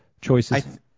choices